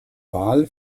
wahl